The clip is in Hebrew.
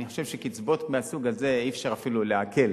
אני חושב שקצבות מהסוג הזה אי-אפשר אפילו לעקל.